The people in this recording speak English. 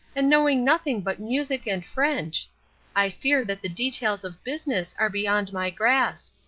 and knowing nothing but music and french i fear that the details of business are beyond my grasp.